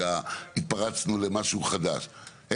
שאנחנו מתפרצים למשהו חדש,